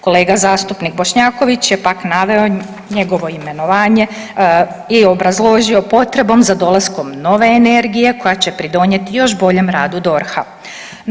Kolega zastupnik Bošnjaković je pak, naveo njegovo imenovanje i obrazložio potrebom za dolaskom nove energije koja će pridonijeti još boljem radu DORH-a.